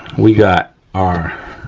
we got our